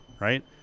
right